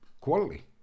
quality